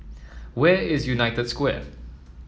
where is United Square